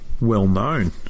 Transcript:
well-known